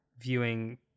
viewing